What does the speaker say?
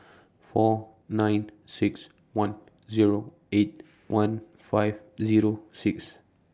four nine six one Zero eight one five Zero six